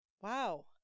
wow